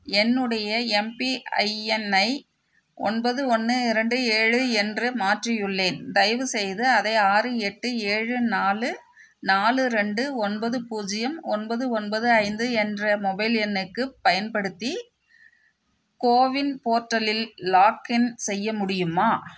என்னுடைய எம்பிஐஎன்ஐ ஒன்பது ஒன்னு இரண்டு ஏழு என்று மாற்றியுள்ளேன் தயவுசெய்து அதை ஆறு எட்டு ஏழு நாலு நாலு ரெண்டு ஒன்பது பூஜ்ஜியம் ஒன்பது ஒன்பது ஐந்து என்ற மொபைல் எண்ணுக்குப் பயன்படுத்தி கோவின் போர்ட்டலில் லாக்இன் செய்ய முடியுமா